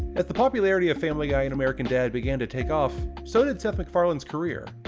at the popularity of family guy and american dad! began to take off, so did seth macfarlane's career.